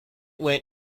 went